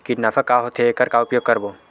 कीटनाशक का होथे एखर का उपयोग करबो?